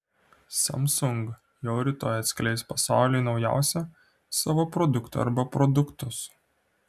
samsung jau rytoj atskleis pasauliui naujausią savo produktą arba produktus